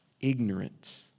Ignorant